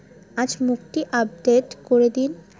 আজ মুক্তি আপডেট করে দিন